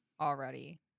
already